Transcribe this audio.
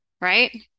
right